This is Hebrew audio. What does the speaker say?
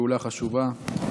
פעולה חשובה.